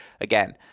again